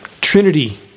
Trinity